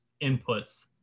inputs